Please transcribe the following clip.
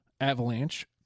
Avalanche